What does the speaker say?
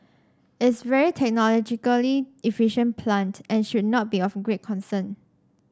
it's a very technologically efficient plant and should not be of great concern